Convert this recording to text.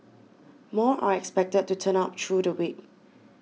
more are expected to turn up through the week